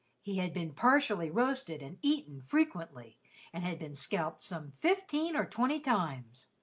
he had been partially roasted and eaten frequently and had been scalped some fifteen or twenty times.